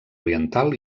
oriental